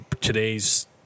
Today's